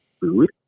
food